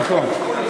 נכון.